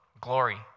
glory